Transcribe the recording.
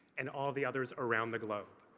and all the others around the globe,